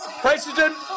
President